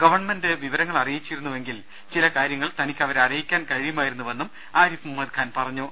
government വിവരങ്ങൾ അറിയിച്ചിരുന്നുവെങ്കിൽ ചില കാര്യങ്ങൾ തനിക്ക് അവരെ അറിയിക്കാൻ കഴിയുമായിരുന്നുവെന്നും ആരിഫ് മുഹമ്മദ്ഖാൻ പറഞ്ഞു